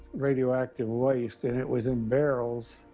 radioactive waste and it was in barrels,